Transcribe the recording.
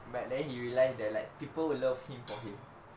but then he realise that like people will love him for him